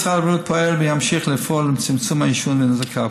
משרד הבריאות פועל וימשיך לפעול לצמצום העישון ונזקיו.